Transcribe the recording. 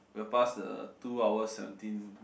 we'll pass the two hours seventeen mark